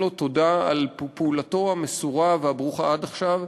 לו תודה על פעולתו המסורה והברוכה עד עכשיו,